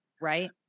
Right